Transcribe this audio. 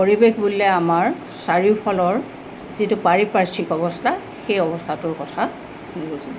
পৰিৱেশ বুলিলে আমাৰ চাৰিওফালৰ যিটো পাৰিপাৰ্শ্বিক অৱস্থা সেই অৱস্থাটোৰ কথা বুজোঁ